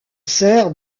sert